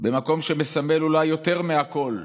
במקום שמסמל אולי יותר מהכול: